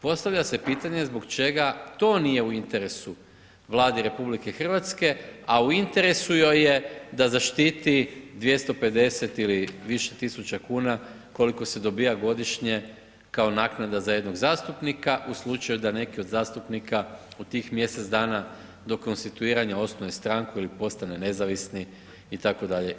Postavlja se pitanje zbog čega to nije u interesu Vladi Republike Hrvatske, a u interesu joj je da zaštiti 250 ili više tisuća kuna koliko se dobiva godišnje kao naknada za jednog zastupnika u slučaju da neki od zastupnika u tih mjesec dana do konstituiranja osnuje stranku ili postane nezavisni itd.